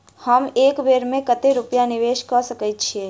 हम एक बेर मे कतेक रूपया निवेश कऽ सकैत छीयै?